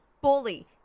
bully